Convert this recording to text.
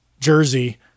jersey